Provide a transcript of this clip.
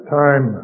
time